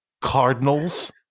Cardinals